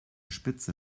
spitze